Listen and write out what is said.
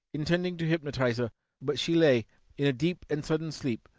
intending to hypnotise her but she lay in a deep and sudden sleep,